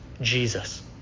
Jesus